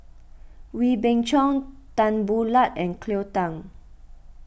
Wee Beng Chong Tan Boo Liat and Cleo Thang